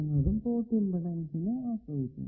എന്നതും പോർട്ട് ഇമ്പിഡെൻസിനെ ആശ്രയിക്കുന്നു